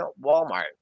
Walmart